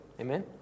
Amen